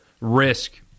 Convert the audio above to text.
risk